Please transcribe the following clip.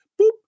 boop